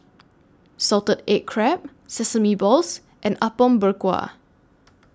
Salted Egg Crab Sesame Balls and Apom Berkuah